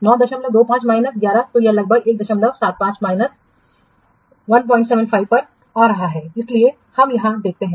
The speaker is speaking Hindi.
925 माइनस 11 तो लगभग 175 माइनस 175 पर आ रहा है इसलिए हम यहां दिखाते हैं